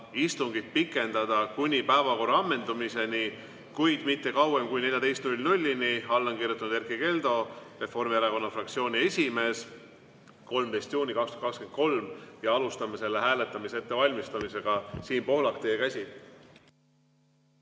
istungit pikendada kuni päevakorra ammendumiseni, kuid mitte kauem kui 14.00‑ni." Alla on kirjutatud Erkki Keldo, Reformierakonna fraktsiooni esimees, 13. juuni 2023. Alustame selle hääletamise ettevalmistamisega. Siim Pohlak, teie käsi.